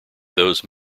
those